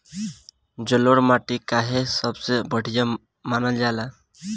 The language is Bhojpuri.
जलोड़ माटी काहे सबसे बढ़िया मानल जाला?